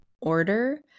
order